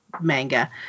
manga